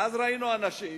ואז ראינו אנשים